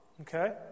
Okay